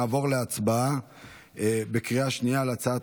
נעבור להצבעה בקריאה השנייה על הצעת